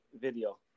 video